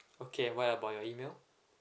okay what about your email